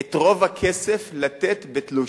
את רוב הכסף לתת בתלושים.